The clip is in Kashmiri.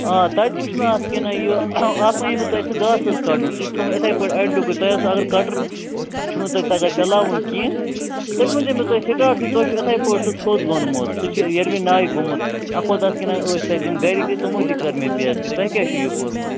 آ تتہِ وُچھ مےٚ اَتھ کِنہٕ یہِ اَکھ ونیے مےٚ تۅہہِ یہِ سُہ گاسہٕ حظ کَڈُن سُہ تہِ تھوٚومُت یِتھٕ پٲٹھۍ اَڈٕلیٚوکُے تۅہہِ حظ اَگر سُہ کٹر چھُنہٕ تۅہہِ چلاوُن کیٚنٛہہ تیٚلہِ ؤنۍزیٚو مےٚ تُہۍ اِسٹاٹسٕے تۅہہِ چھَو یتھٕے پٲٹھۍ سُہ تھوٚد لوٗنمُت سُہ چھُ اِروٕنۍ ناوِ گوٚمُت اَپٲرۍ کِنۍ حظ أسۍ یِم گرٕکۍ تِمَو تہِ کٔرۍ مےٚ بے عزتی تۅہہِ کیٛاہ چھُو یہِ کوٚرمُت